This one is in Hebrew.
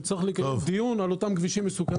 נצטרך לקיים דיון על אותם כבישים מסוכנים.